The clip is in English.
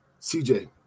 CJ